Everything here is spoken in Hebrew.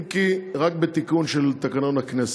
רק בתיקון של תקנון הכנסת.